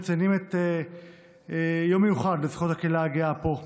אנחנו מציינים יום מיוחד לזכויות הקהילה הגאה פה,